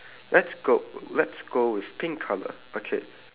let's go let's go with pink colour okay